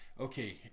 okay